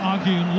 Argue